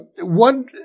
one